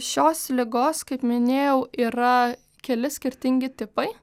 šios ligos kaip minėjau yra keli skirtingi tipai